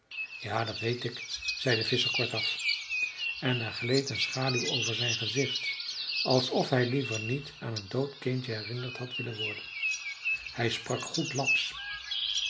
ja dat weet ik zei de visscher kortaf en er gleed een schaduw over zijn gezicht alsof hij liever niet aan een dood kindje herinnerd had willen worden hij sprak goed lapsch